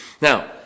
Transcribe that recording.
Now